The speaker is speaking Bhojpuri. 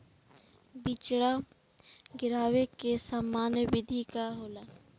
बिचड़ा गिरावे के सामान्य विधि का होला?